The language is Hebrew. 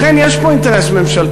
לכן יש פה אינטרס ממשלתי.